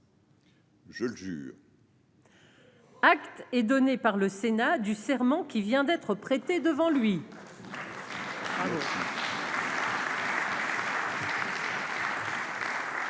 magistrat. Acte est donné par le Sénat du serment qui vient d'être prêté devant lui.